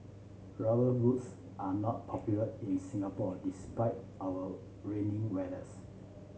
rubber boots are not popular in Singapore despite our rainy weathers